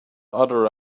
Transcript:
other